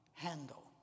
Handle